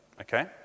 okay